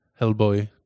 Hellboy